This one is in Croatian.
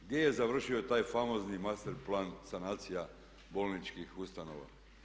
Gdje je završio taj famozni master plan sanacija bolničkih ustanova?